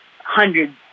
hundreds